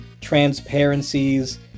transparencies